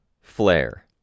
Flare